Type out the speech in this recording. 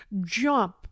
jump